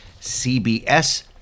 CBS